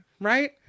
right